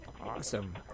Awesome